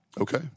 okay